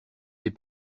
des